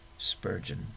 Spurgeon